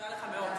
אני מודה לך מאוד.